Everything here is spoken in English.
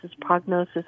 prognosis